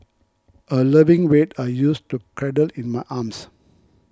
a loving weight I used to cradle in my arms